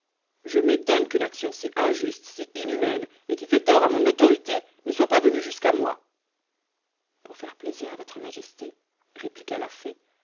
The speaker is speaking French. je m'étonne qu'une action si injuste si inhumaine et qui fait tort à mon autorité ne soit pas venue jusqu'à moi pour faire plaisir à votre majesté répliqua la fée